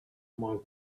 monk